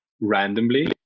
randomly